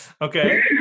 Okay